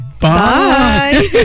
bye